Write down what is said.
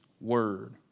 word